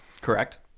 Correct